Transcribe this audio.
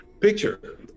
picture